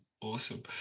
Awesome